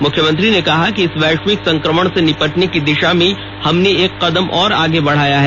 मुख्यमंत्री ने कहा कि इस वैश्विक संक्रमण से निपटने की दिशा में हमने एक कदम और आगे बढ़ाया है